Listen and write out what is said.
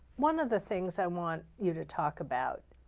one of the things i want you to talk about,